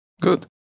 Good